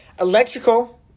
Electrical